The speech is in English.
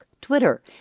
Twitter